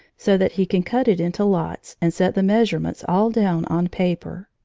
so that he can cut it into lots and set the measurements all down on paper.